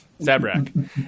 Zabrak